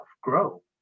grow